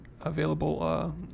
available